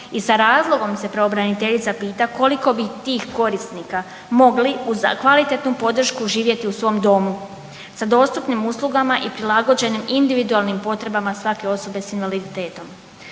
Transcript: i sa razlogom se pravobraniteljica pita koliko bi tih korisnika mogli uz kvalitetnu podršku živjeti u svom domu sa dostupnim uslugama i prilagođenim individualnim potrebama svake osobe s invaliditetom.